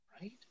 Right